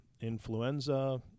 influenza